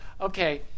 okay